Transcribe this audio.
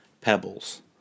pebbles